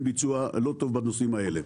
עם ביצוע לא טוב בנושאים האלה.